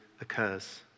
occurs